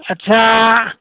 আচ্ছা